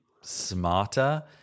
smarter